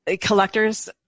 collectors